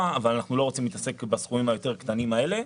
אבל אנחנו לא רוצים להתעסק בסכומים היותר קטנים האלה.